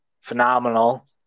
phenomenal